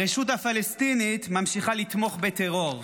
הרשות הפלסטינית ממשיכה לתמוך בטרור.